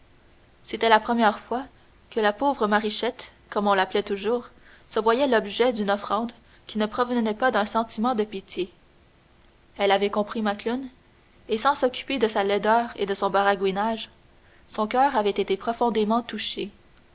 c'était la première fois que la pauvre marichette comme on l'appelait toujours se voyait l'objet d'une offrande qui ne provenait pas d'un sentiment de pitié elle avait compris macloune et sans s'occuper de sa laideur et de son baragouinage son coeur avait été profondément touché